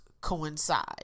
coincide